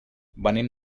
venim